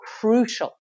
crucial